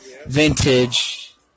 Vintage